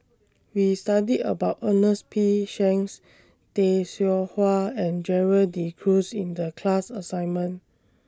We studied about Ernest P Shanks Tay Seow Huah and Gerald De Cruz in The class assignment